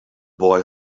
boy